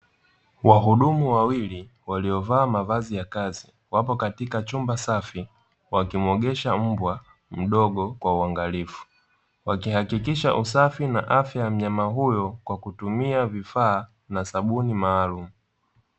Wahudumu wawili waliovaa mavazi ya kazi waliokaa katika chumba safi, wakimuogesha mbwa mdogo kwa usafi na uangalifu, wakiakikisha usalama kwa kutumia sabuni na vifaa maalumu.